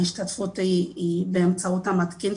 ההשתתפות באמצעות המתקין,